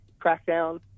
crackdown